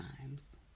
times